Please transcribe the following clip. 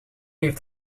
heeft